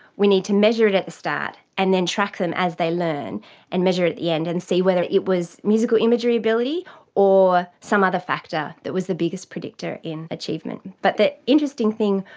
we need to measure it at the start and then track them as they learn and measure at the end and see whether it was musical imagery ability or some other factor that was the biggest predictor in achievement. but the interesting thing,